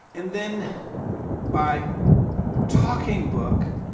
and then by talking book,